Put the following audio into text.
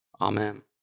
Amen